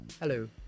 Hello